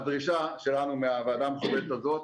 הדרישה שלנו מהוועדה המכובדת הזאת,